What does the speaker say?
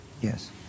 Yes